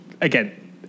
Again